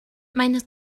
maent